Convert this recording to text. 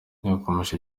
yakomeje